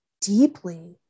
deeply